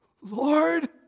Lord